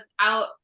out